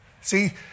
See